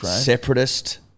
separatist